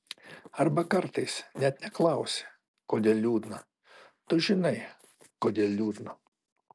arba kartais net neklausi kodėl liūdna tu žinai kodėl liūdna